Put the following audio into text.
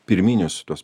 pirminius tuos